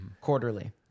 Quarterly